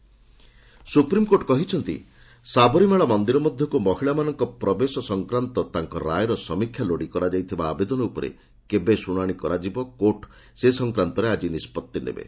Sabarimala supreme court କହିଛନ୍ତି ସାବରିମାଳା ମନ୍ଦିର ମଧ୍ୟକୁ ମହିଳାମାନଙ୍କ ପ୍ରବେଶ ସଂକ୍ରାନ୍ତ ତାଙ୍କ ରାୟର ସମୀକ୍ଷା ଲୋଡି କରାଯାଇଥିବା ଆବେଦନ ଉପରେ କେବେ ଶୁଣାଣି କରାଯିବ କୋର୍ଟ ସେ ସଂକ୍ରାନ୍ତରେ ଆଜି ନିଷ୍କଭି ନେବେ